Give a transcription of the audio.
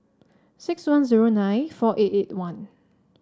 six one zero nine four eight eight one